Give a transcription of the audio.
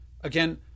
Again